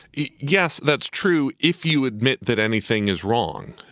yes, that's true. if you admit that anything is wrong.